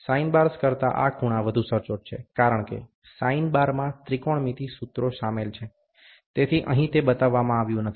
sine bars કરતા આ ખૂણા વધુ સચોટ છે કારણ કે સાઇન બારમાં ત્રિકોણમિતિ સૂત્રો શામેલ છે તેથી અહીં તે બતાવવામાં આવ્યું નથી